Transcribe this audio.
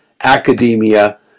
academia